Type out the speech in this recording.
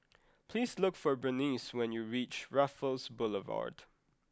please look for Bernice when you reach Raffles Boulevard